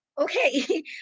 okay